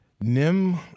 Nim